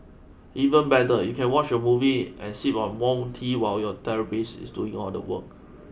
even better you can watch a movie and sip on warm tea while your therapist is doing all the work